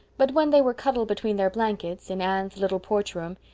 but when they were cuddled between their blankets, in anne's little porch room,